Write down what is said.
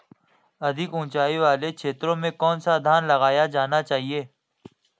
अधिक उँचाई वाले क्षेत्रों में कौन सा धान लगाया जाना चाहिए?